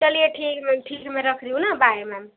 चलिए ठीक है मैम ठीक है मैं रख रही हूँ ना बाय मैम